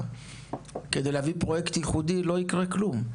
כדי להביא פרויקט ייחודי לא יקרה כלום.